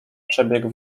przebiegł